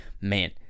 Man